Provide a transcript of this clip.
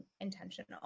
intentional